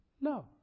No